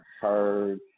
heard